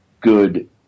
good